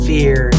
Fear